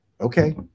okay